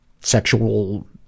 sexual